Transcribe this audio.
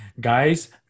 Guys